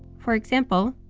for example,